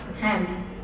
Hands